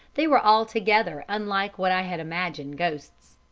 they were altogether unlike what i had imagined ghosts.